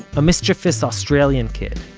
a mischievous australian kid,